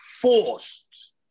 forced